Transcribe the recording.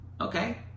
okay